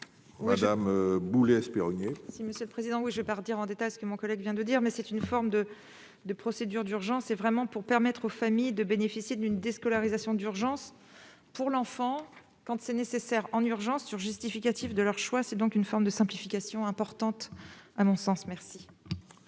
madame Boulay-Espéronnier. Si Monsieur le Président, oui, je vais partir en détail ce que mon collègue vient de dire, mais c'est une forme de de procédure d'urgence, c'est vraiment pour permettre aux familles de bénéficier d'une déscolarisation d'urgence pour l'enfant, quand c'est nécessaire, en urgence, sur justificatif de leur choix, c'est donc une forme de simplification importante, à mon sens, merci.